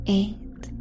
eight